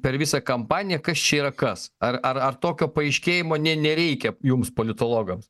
per visą kampaniją kas čia yra kas ar ar ar tokio paaiškėjimo nė nereikia jums politologams